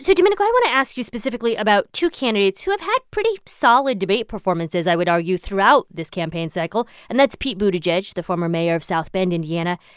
domenico, i want to ask you specifically about two candidates who have had pretty solid debate performances, i would argue, throughout this campaign cycle. and that's pete buttigieg, the former mayor of south bend, ind, yeah and